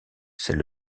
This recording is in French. c’est